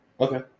Okay